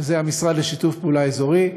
שזה המשרד לשיתוף פעולה אזורי.